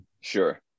Sure